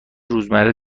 روزمره